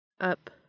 Up